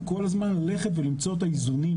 הוא כול הזמן ללכת ולמצוא את האיזונים,